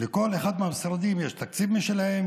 לכל אחד מהמשרדים יש תקציב משלו,